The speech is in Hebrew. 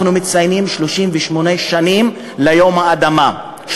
אנחנו מציינים 38 שנים ליום האדמה,